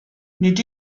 nid